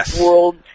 World